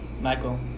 Michael